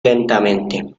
lentamente